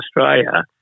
Australia